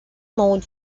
mode